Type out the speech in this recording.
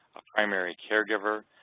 primary caregiver,